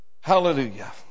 Hallelujah